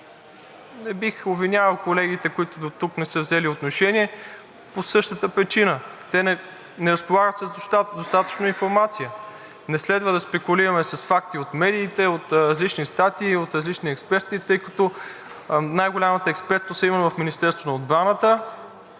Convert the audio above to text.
не бих обвинявал колегите, които дотук не са взели отношение, по същата причина – те не разполагат с достатъчно информация. Не следва да спекулираме с факти от медиите, от различни статии, от различни експерти, тъй като най-голямата експертност я има в Министерството на отбраната